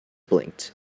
blinked